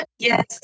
Yes